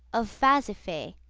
of phasiphae,